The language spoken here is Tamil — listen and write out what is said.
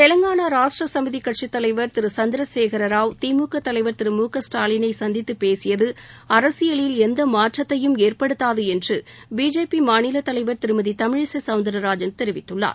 தெலுங்கானா ராஷ்ட்ர சமிதி கட்சித்தலைவர் திரு சந்திரசேகர ராவ் திமுக தலைவர் திரு மு க ஸ்டாலினை சந்தித்துப் பேசியது அரசியலில் எந்த மாற்றத்தையும் ஏற்படுத்தாது என பிஜேபி மாநில தலைவர் திருமதி தமிழிசை சவுந்திரராஜன் தெரிவித்துள்ளார்